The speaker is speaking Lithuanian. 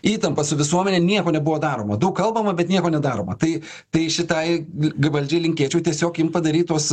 įtampas su visuomene nieko nebuvo daroma daug kalbama bet nieko nedaroma tai tai šitai g g valdžiai linkėčiau tiesiog imt padaryt tuos